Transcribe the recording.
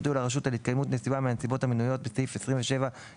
יודיעו לרשות על התקיימות נסיבה מהנסיבות המנויות בסעיף 27(ג)(1)